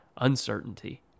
uncertainty